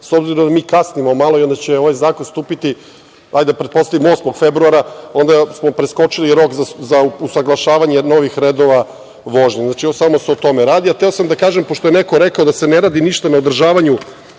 Obzirom da mi kasnimo malo i onda će ovaj zakon stupiti, pretpostavimo 8. februara, onda smo preskočili rok za usaglašavanja novih redova vožnje. Samo se o tome radi. Hteo sam da kažem, pošto je neko rekao da se ne radi ništa na održavanju